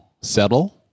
settle